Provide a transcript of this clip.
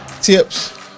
tips